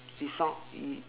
it sound it